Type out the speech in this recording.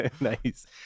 nice